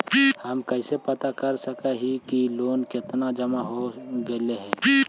हम कैसे पता कर सक हिय की लोन कितना जमा हो गइले हैं?